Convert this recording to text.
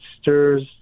stirs